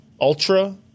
Ultra